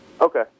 Okay